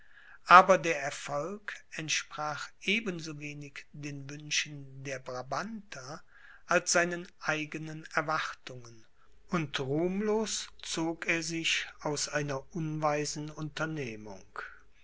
aber der erfolg entsprach ebenso wenig den wünschen der brabanter als seinen eigenen erwartungen und ruhmlos zog er sich aus einer unweisen unternehmung